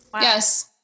Yes